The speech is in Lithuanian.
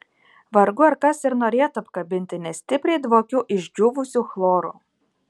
vargu ar kas ir norėtų apkabinti nes stipriai dvokiu išdžiūvusiu chloru